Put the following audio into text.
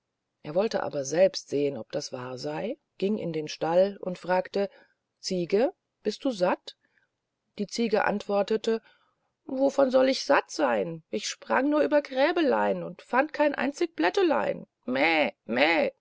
er wollte aber selbst sehen ob das wahr sey ging in den stall und fragte ziege bist du satt die ziege antwortete wovon sollt ich satt seyn ich sprang nur über gräbelein und fand kein einzig blättelein meh meh